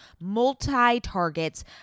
multi-targets